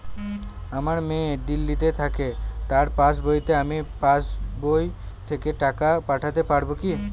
আমার মেয়ে দিল্লীতে থাকে তার পাসবইতে আমি পাসবই থেকে টাকা পাঠাতে পারব কি?